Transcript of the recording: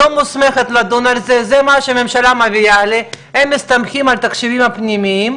המטרו כמובן, אבל זה צריך לבוא במקביל למטרו.